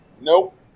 Nope